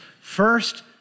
first